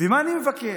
מה אני מבקש?